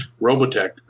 Robotech